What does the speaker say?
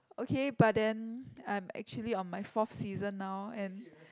okay but then I'm actually on my forth season now and